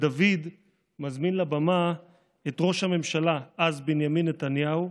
ודוד מזמין לבמה את ראש הממשלה אז, בנימין נתניהו,